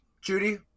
Judy